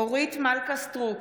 אורית מלכה סטרוק